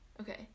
Okay